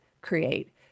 create